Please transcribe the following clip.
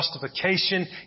justification